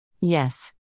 Yes